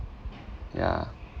yeah